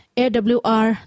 awr